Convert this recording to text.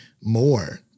more